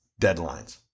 deadlines